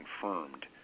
confirmed